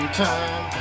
time